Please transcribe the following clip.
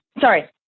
Sorry